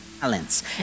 talents